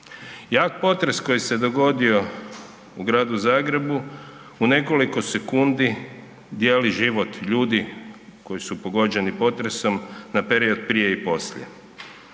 Jak potresa koji se dogodio u gradu Zagrebu u nekoliko sekundi dijeli život ljudi koji su pogođeni potresom na period prije i poslije.